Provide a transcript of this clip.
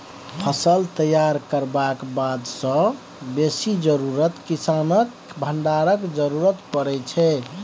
फसल तैयार करबाक बाद सबसँ बेसी जरुरत किसानकेँ भंडारणक जरुरत परै छै